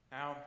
Now